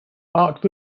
art